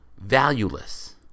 valueless